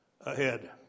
ahead